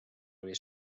oli